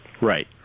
Right